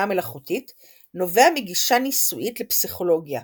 המלאכותית נובע מגישה ניסויית לפסיכולוגיה,